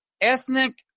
ethnic